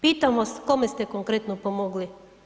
Pitam vas kome ste konkretno pomogli?